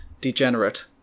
degenerate